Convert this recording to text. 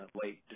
late